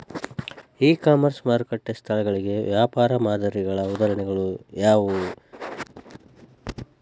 E commerce ಮಾರುಕಟ್ಟೆ ಸ್ಥಳಗಳಿಗೆ ವ್ಯಾಪಾರ ಮಾದರಿಗಳ ಉದಾಹರಣೆಗಳು ಯಾವವುರೇ?